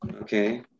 okay